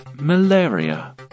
malaria